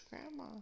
grandma